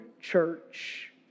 church